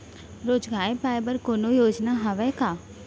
रोजगार पाए बर कोनो योजना हवय का?